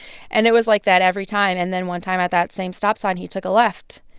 and it was like that every time. and then one time at that same stop sign, he took a left.